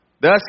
Thus